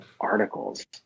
articles